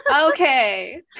Okay